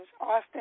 Austin